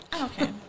Okay